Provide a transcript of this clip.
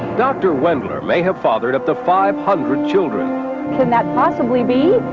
dr wendler may have fathered up to five hundred children. can that possibly be?